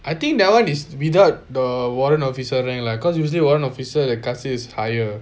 I think that one is without the warrant officer rank lah cause usually warrant officer the காசு:kaasu is higher